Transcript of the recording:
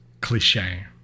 cliche